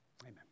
Amen